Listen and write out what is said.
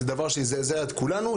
זה דבר שזעזע את כולנו.